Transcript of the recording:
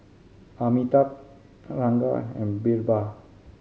Amitabh Ranga and Birbal